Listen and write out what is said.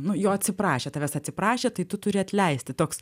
nu jo atsiprašė tavęs atsiprašė tai tu turi atleisti toks